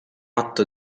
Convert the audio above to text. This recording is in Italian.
atto